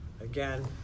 again